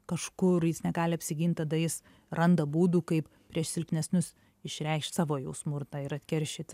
kažkur jis negali apsigint tada jis randa būdų kaip prieš silpnesnius išreikšt savo jau smurtą ir atkeršyt